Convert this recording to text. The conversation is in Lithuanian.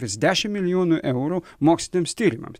vis dešimt milijonų eurų moksliniams tyrimams